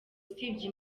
usibye